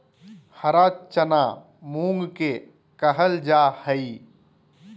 हरा चना मूंग के कहल जा हई